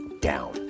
Down